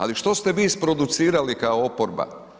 Ali što ste vi isproducirali kao oporba?